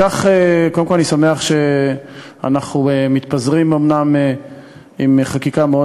קודם כול, אני שמח שאנחנו מתפזרים עם חקיקה מאוד